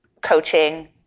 coaching